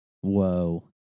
Whoa